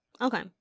Okay